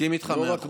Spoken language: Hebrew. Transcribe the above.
מסכים איתך במאה אחוז.